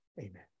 Amen